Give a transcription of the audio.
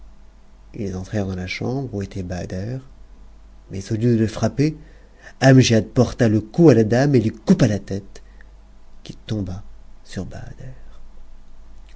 ils entrèrent dans la chambre où était bahader mais au lieu de le frapper amgiad porta le coup à la dame et lui coupa la tête qui tomba